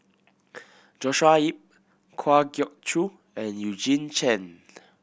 Joshua Ip Kwa Geok Choo and Eugene Chen